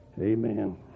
Amen